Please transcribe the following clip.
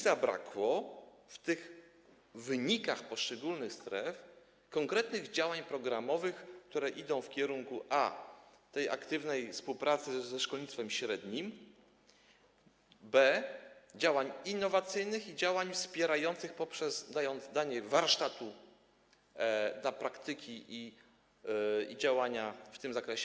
Zabrakło w tych wynikach poszczególnych stref konkretnych działań programowych, które idą w kierunku tej aktywnej współpracy ze szkolnictwem średnim, działań innowacyjnych i działań wspierających poprzez danie warsztatu, praktyki i działania w tym zakresie.